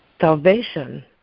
Salvation